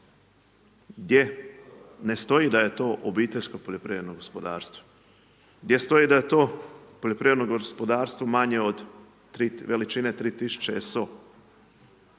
gdje ne stoji da je to obiteljsko poljoprivredno gospodarstvo. Gdje stoji da je to poljoprivredno gospodarstvo manje od 3, veličine 3